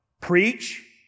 preach